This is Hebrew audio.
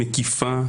מקיפה,